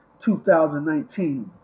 2019